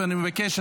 ואני מבקש,